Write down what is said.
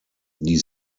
die